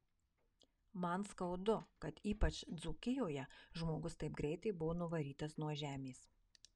man skaudu kad ypač dzūkijoje žmogus taip greitai buvo nuvarytas nuo žemės